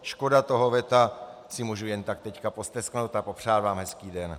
Škoda toho veta, si mohu jen tak teď postesknout a popřát vám hezký den.